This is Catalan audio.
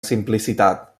simplicitat